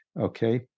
Okay